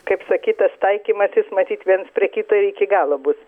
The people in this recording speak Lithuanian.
kaip sakyt tas taikymasis matyt viens prie kito ir iki galo bus